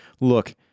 Look